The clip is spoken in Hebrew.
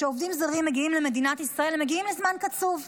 כשעובדים זרים מגיעים למדינת ישראל הם מגיעים לזמן קצוב.